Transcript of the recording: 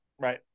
Right